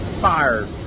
fired